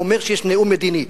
הוא אומר שיש נאום מדיני.